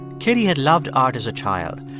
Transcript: katie had loved art as a child.